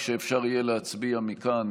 ואפשר יהיה להצביע מכאן,